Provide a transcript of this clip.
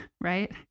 right